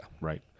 right